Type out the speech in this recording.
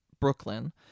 Brooklyn